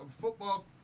football